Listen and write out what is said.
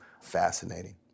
fascinating